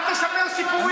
תענה תשובה.